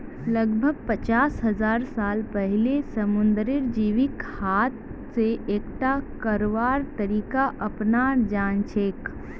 लगभग पचास हजार साल पहिलअ स समुंदरेर जीवक हाथ स इकट्ठा करवार तरीका अपनाल जाछेक